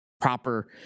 proper